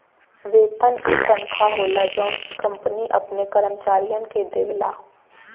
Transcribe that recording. वेतन उ तनखा होला जौन कंपनी अपने कर्मचारियन के देवला